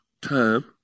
time